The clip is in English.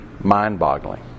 mind-boggling